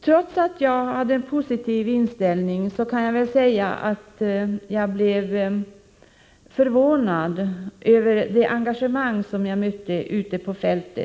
Jag hade, som sagt, en positiv inställning till ungdomslagen, men jag blev ändå förvånad över det engagemang jag mötte ute på fältet.